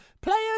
players